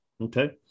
Okay